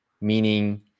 meaning